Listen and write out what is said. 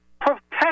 protect